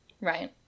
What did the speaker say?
Right